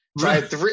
Right